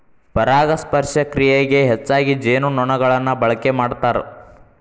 ಪರಾಗಸ್ಪರ್ಶ ಕ್ರಿಯೆಗೆ ಹೆಚ್ಚಾಗಿ ಜೇನುನೊಣಗಳನ್ನ ಬಳಕೆ ಮಾಡ್ತಾರ